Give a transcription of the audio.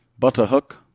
Butterhook